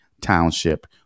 Township